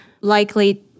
likely